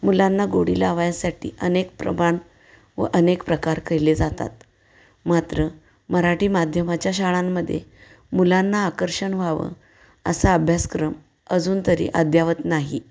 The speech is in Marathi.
मुलांना गोडी लावायसाठी अनेक प्रमाण व अनेक प्रकार केले जातात मात्र मराठी माध्यमाच्या शाळांमध्ये मुलांना आकर्षण व्हावं असा अभ्यासक्रम अजून तरी अद्ययावत नाही